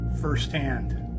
firsthand